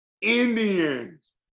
Indians